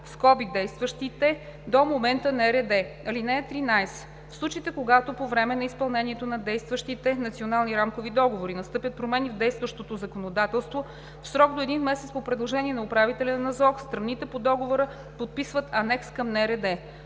(действащите) до момента НРД. (13) В случаите, когато по време на изпълнението на действащите национални рамкови договори настъпят промени в действащото законодателство, в срок до един месец по предложение на управителя на НЗОК страните по договора подписват анекс към НРД.